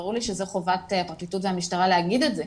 וברור לי שזו חובת הפרקליטות והמשטרה להגיש את זה,